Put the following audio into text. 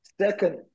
Second